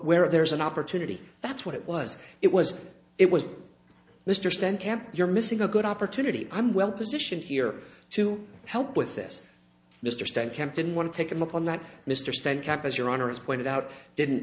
where there's an opportunity that's what it was it was it was mr stan camp you're missing a good opportunity i'm well positioned here to help with this mr stan kemp didn't want to take him up on that mr stan kept as your honor as pointed out didn't